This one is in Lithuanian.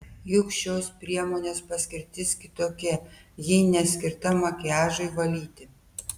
juk šios priemonės paskirtis kitokia ji neskirta makiažui valyti